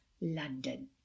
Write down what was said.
london